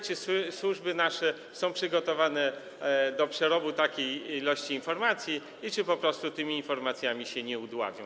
Czy nasze służby są przygotowane do przerobu takiej ilości informacji i czy po prostu tymi informacjami się nie udławią?